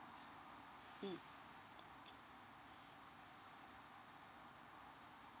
mm